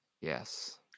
Yes